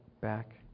back